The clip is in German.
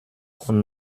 und